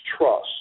trust